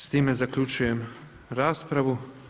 S time zaključujem raspravu.